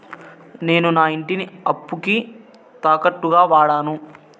నేను నా ఇంటిని అప్పుకి తాకట్టుగా వాడాను